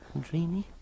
Dreamy